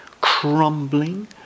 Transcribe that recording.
Crumbling